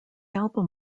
album